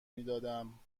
میدادم